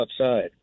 outside